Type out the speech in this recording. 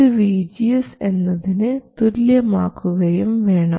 ഇത് vgs എന്നതിന് തുല്യമാക്കുകയും വേണം